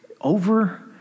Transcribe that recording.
over